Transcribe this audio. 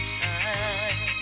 time